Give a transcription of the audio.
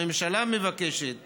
הממשלה, מבקשת